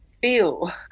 feel